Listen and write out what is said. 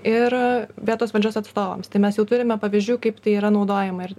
ir vietos valdžios atstovams tai mes jau turime pavyzdžių kaip tai yra naudojama ir